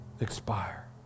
expire